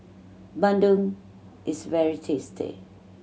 bandung is very tasty